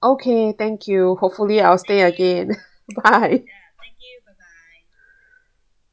okay thank you hopefully I'll stay again